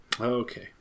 Okay